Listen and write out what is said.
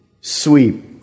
sweep